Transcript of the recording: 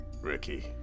Ricky